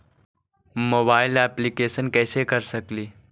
Mobile application कैसे कर सकेली?